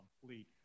fleet